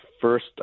first